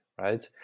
right